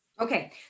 okay